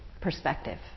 perspective